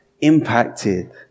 impacted